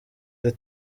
iri